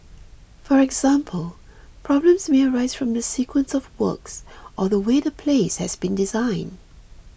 for example problems may arise from the sequence of works or the way the place has been designed